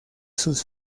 sus